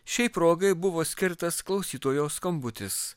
šiai progai buvo skirtas klausytojo skambutis